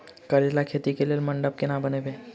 करेला खेती कऽ लेल मंडप केना बनैबे?